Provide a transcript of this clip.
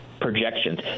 projections